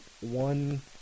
one